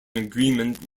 agreement